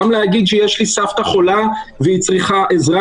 גם להגיד שיש לי סבתא חולה והיא צריכה עזרה,